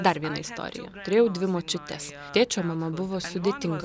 dar viena istorija turėjau dvi močiutes tėčio mama buvo sudėtingas